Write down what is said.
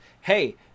hey